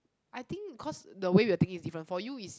I think cause the way we're thinking is different for you is